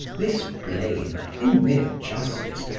this blame, in mere justice,